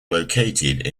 located